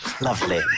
Lovely